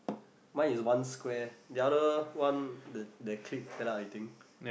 mine is one square the other one the that clip fell out I think